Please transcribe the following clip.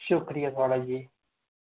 शुक्रिया थुआढ़ा जी